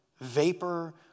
vapor